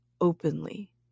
openly